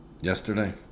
yesterday